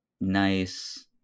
nice